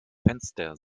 fenster